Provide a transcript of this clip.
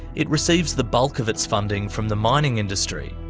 it receives the bulk of its funding from the mining industry.